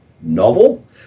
Novel